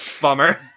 Bummer